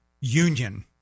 union